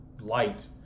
light